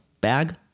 bag